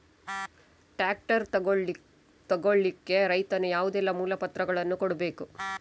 Tractor ತೆಗೊಳ್ಳಿಕೆ ರೈತನು ಯಾವುದೆಲ್ಲ ಮೂಲಪತ್ರಗಳನ್ನು ಕೊಡ್ಬೇಕು?